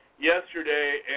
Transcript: yesterday